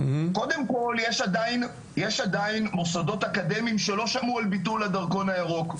קודם כל יש עדיין מוסדות אקדמיים שלא שמעו על ביטול הדרכון הירוק,